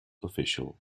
official